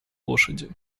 лошади